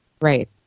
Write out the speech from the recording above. Right